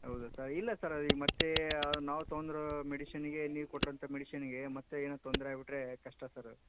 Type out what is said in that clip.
ಹೌದ ಸರ್ ಇಲ್ಲ ಸರ್ ಈಗ ಮತ್ತೆ ನಾವು ತಗೊಂಡಿರೋ ಮೆಡಿಷನಿಗೆ ನೀವು ಕೊಟ್ರೋಂಥ ಮೆಡಿಷನಿಗೆ ಮತ್ತೆ ಏನೋ ತೊಂದರೆ ಆಗಿಬಿಟ್ರೆ ಕಷ್ಟ ಸರ್